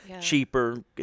cheaper